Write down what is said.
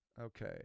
Okay